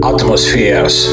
Atmospheres